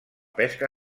pesca